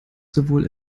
sowohl